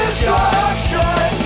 Destruction